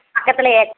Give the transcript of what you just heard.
பக்கத்திலேயே